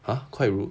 !huh! quite rude